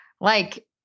Like-